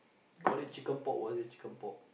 call it chicken pork was it chicken pork